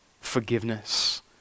forgiveness